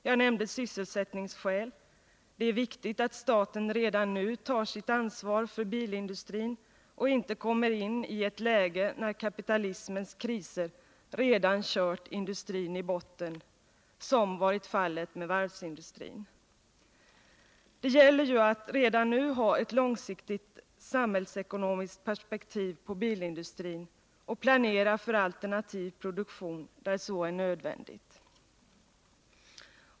Jag nämnde sysselsättningsskäl — det är viktigt att staten redan nu tar sitt ansvar för bilindustrin och inte kommer in i ett läge när kapitalismens kriser redan kört industrin i botten, som varit fallet med varvsindustrin. Det gäller ju att redan nu ha ett långsiktigt samhällsekonomiskt perspektiv på bilindustrin och planera för alternativ produktion där så är nödvändigt.